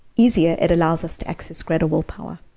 easier it allows us to access greater willpower.